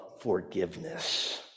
forgiveness